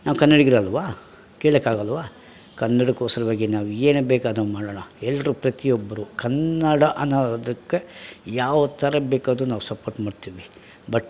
ನಾವು ಕನಡಿಗರಲ್ವಾ ಕೇಳೋಕ್ಕಾಗಲ್ವ ಕನ್ನಡಕ್ಕೋಸ್ರವಾಗಿ ನಾವು ಏನೇ ಬೇಕಾದರೂ ಮಾಡೋಣ ಎಲ್ಲರೂ ಪ್ರತಿಯೊಬ್ಬರೂ ಕನ್ನಡ ಅನ್ನೋದಕ್ಕೆ ಯಾವ ಥರ ಬೇಕಾದರೂ ನಾವು ಸಪೋರ್ಟ್ ಮಾಡ್ತೀವಿ ಬಟ್